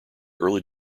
early